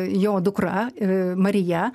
jo dukra marija